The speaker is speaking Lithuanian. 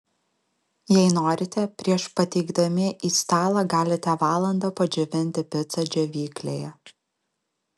jei norite prieš pateikdami į stalą galite valandą padžiovinti picą džiovyklėje